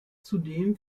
zudem